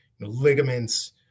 ligaments